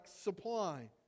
supply